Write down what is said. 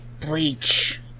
bleach